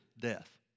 death